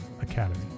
academy